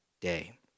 day